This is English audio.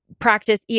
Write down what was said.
Practice